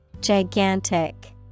Gigantic